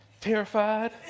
Terrified